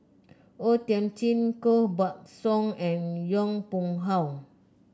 O Thiam Chin Koh Buck Song and Yong Pung How